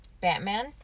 Batman